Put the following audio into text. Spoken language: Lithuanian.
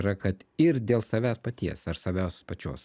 yra kad ir dėl savęs paties ar savęs pačios